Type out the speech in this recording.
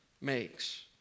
makes